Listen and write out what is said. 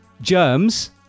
Germs